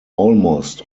almost